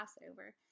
Passover